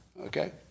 Okay